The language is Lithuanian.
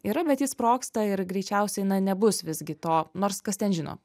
yra bet jis sprogsta ir greičiausiai na nebus visgi to nors kas ten žino